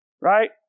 Right